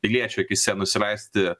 piliečių akyse nusileisti